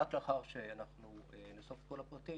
רק אחרי שאנחנו אנחנו נאסוף את כל הפרטים,